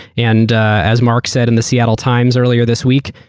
and as mark said in the seattle times earlier this week,